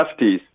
lefties